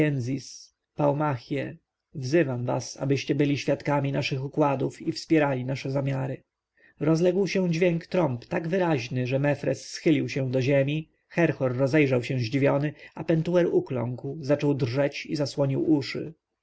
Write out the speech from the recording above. paumachiae wzywam was abyście byli świadkami naszych układów i wspierali nasze zamiary rozległ się dźwięk trąb tak wyraźny że mefres schylił się do ziemi herhor obejrzał się zdziwiony a pentuer ukląkł zaczął drżeć i zasłonił uszy